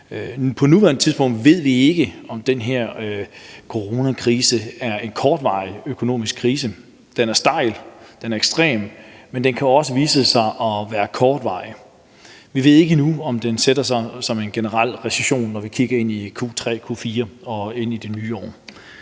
På nuværende tidspunkt ved vi ikke, om den her coronakrise er en kortvarig økonomisk krise – den er stejl, den er ekstrem, men den kan også vise sig at være kortvarig. Vi ved ikke endnu, om den sætter sig som en generel recession, når vi kigger ind i Q3 og Q4 og ind i det nye år.